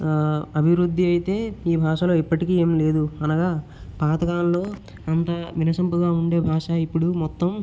అభివృద్ధి అయితే ఈ భాషలో ఎప్పటికీ ఏం లేదు అనగా పాతకాలలో అంత వినసొంపుగా వుండే భాష ఇప్పుడు మొత్తం